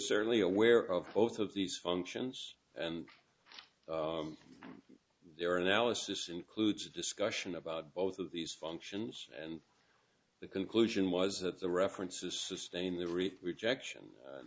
certainly aware of both of these functions and their analysis includes a discussion about both of these functions and the conclusion was that the references sustain the rejection